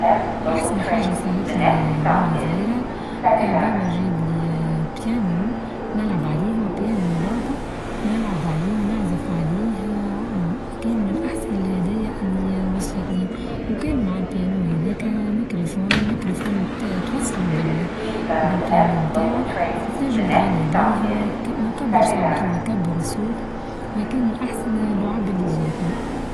أحسن حاچة صارت لي وأنا صغيرة، بابا چاب لي بيانو نلعب عليه هو بيانو لعبة نلعب عليه نعزف عليه كان من أحسن الهدايا اللي وصلتني، وكان مع البيانو هذاكا ميكروفون-ميكروفون توصلوا بالبيانو بتاعك تچ تغني بيه مكبر صوت هو يكبر الصوت لكان من أحسن اللعاب لي چاتنى.